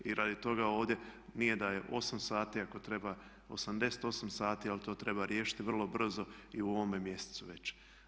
I radi toga ovdje, nije da je 8 sati, ako treba 88 sati ali to treba riješiti vrlo brzo i u ovome mjesecu već.